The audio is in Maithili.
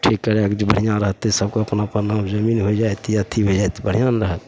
ठीक करैके जे बढ़िआँ रहतै सब कोइ अपना नाम जमीन होइ जाएत तऽ ई अथी भी हइ जाएत बढ़िआँ ने रहत